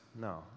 No